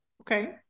Okay